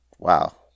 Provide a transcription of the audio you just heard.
Wow